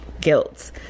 guilt